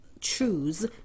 choose